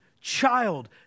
child